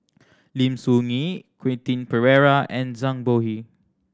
Lim Soo Ngee Quentin Pereira and Zhang Bohe